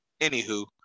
anywho